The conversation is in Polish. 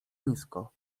nisko